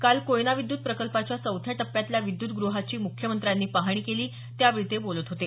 काल कोयना विद्यत प्रकल्पाच्या चौथ्या टप्प्यातल्या विद्यत ग्रहाची मुख्यमंत्र्यांनी पाहणी केली त्यावेळी ते बोलत होते